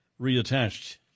reattached